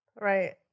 Right